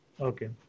Okay